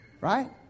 Right